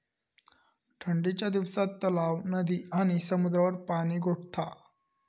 ठंडीच्या दिवसात तलाव, नदी आणि समुद्रावर पाणि गोठता